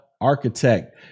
architect